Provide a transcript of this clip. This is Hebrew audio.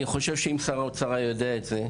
אני חושב שאם שר האוצר היה יודע את זה,